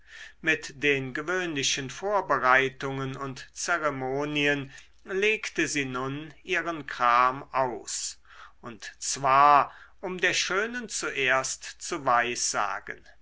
mit den gewöhnlichen vorbereitungen und zeremonien legte sie nun ihren kram aus und zwar um der schönen zuerst zu weissagen